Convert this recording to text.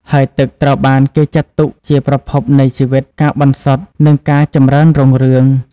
ហើយទឹកត្រូវបានគេចាត់ទុកជា ប្រភពនៃជីវិត ការបន្សុទ្ធ និងការចម្រើនរុងរឿង។